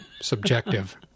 subjective